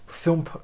Film